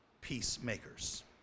peacemakers